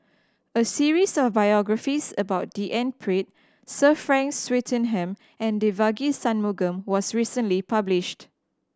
a series of biographies about D N Pritt Sir Frank Swettenham and Devagi Sanmugam was recently published